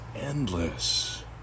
endless